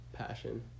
passion